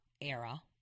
era